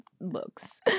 books